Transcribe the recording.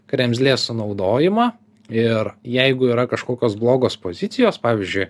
kremzlės sunaudojimą ir jeigu yra kažkokios blogos pozicijos pavyzdžiui